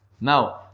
Now